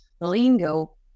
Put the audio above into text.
lingo